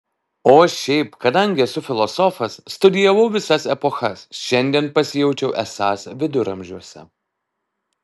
o šiaip kadangi esu filosofas studijavau visas epochas šiandien pasijaučiau esąs viduramžiuose